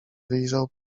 wyjrzał